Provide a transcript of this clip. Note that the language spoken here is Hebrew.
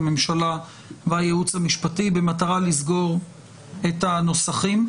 הממשלה והייעוץ המשפטי לוועדה במטרה לסגור את הנוסחים.